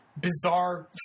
bizarre